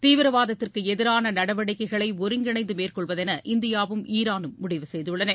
தீவிரவாதத்திற்கு எதிரான நடவடிக்கைகளை ஒருங்கிணைந்து மேற்கொள்வதென இந்தியாவும் ஈரானும் முடிவு செய்துள்ளன